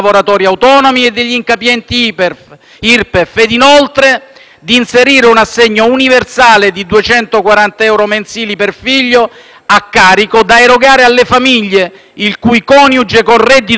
di inserire un assegno universale di 240 euro mensili per figlio a carico da erogare alle famiglie il cui coniuge con reddito più elevato non superi la soglia dei 100.000 euro annui.